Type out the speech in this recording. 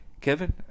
Kevin